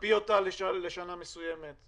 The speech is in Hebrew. להקפיא אותה לשנה מסוימת?